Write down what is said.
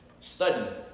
study